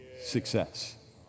success